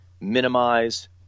minimize